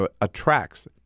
attracts